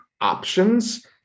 options